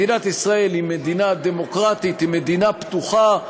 מדינת ישראל היא מדינה דמוקרטית, היא מדינה פתוחה.